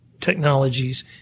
technologies